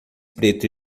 preto